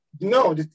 no